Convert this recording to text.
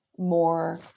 more